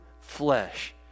flesh